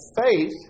faith